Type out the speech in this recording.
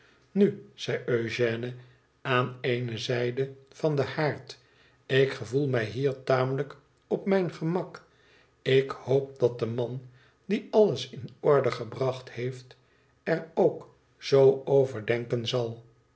tnu zei eugène aan ééne zijde van den haard tik gevoel mij hier tamelijk op mijn gemak ik hoop dat de man die alles in orde gebracht heeft er k zoo over denken zal